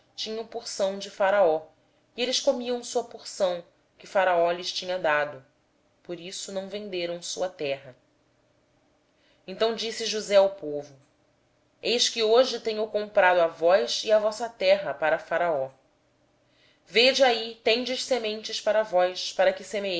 tinham rações de faraó e eles comiam as suas rações que faraó lhes havia dado por isso não venderam a sua terra então disse josé ao povo hoje vos tenho comprado a vós e a vossa terra para faraó eis aí tendes semente para vós para que